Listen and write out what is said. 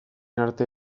arte